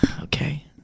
Okay